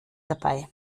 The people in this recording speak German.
dabei